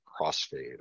crossfade